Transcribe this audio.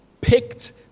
picked